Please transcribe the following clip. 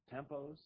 tempos